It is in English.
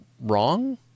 wrong